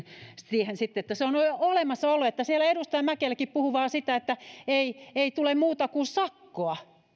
siihen niin että se on mäkeläkin puhui vain siitä että ei ei tule muuta kuin sakkoa